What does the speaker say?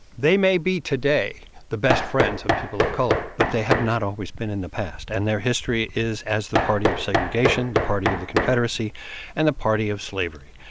they may be today the best friends of people of color, but they have not always been in the past. and their history is as the party of segregation, the party of the confederacy and the party of slavery.